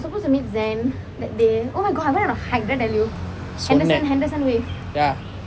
ya